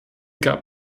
gab